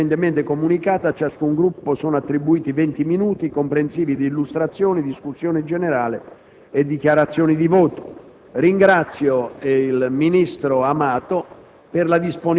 Come precedentemente comunicato, a ciascun Gruppo sono attribuiti venti minuti, comprensivi di illustrazione, discussione generale e dichiarazioni di voto. Ringrazio il ministro Amato